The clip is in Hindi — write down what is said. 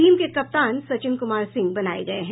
टीम के कप्तान सचिन कुमार सिंह बनाये गये हैं